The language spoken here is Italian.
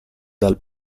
dal